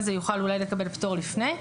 זה גם נותן את המענה למשטרה;